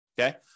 Okay